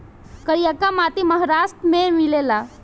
करियाका माटी महाराष्ट्र में मिलेला